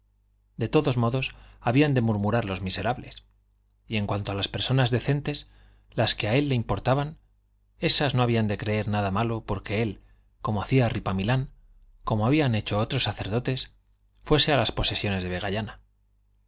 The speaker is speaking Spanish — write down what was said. de todos modos habían de murmurar los miserables y en cuanto a las personas decentes las que a él le importaban esas no habían de creer nada malo porque él como hacía ripamilán como habían hecho otros sacerdotes fuese a las posesiones de